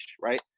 right